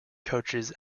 coaches